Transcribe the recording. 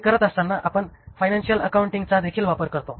हे करत असताना आपण फायनान्शिअल अकाउंटिंग चा देखील वापर करतो